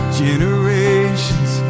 generations